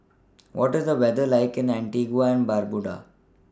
What IS The weather like in Antigua and Barbuda